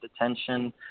attention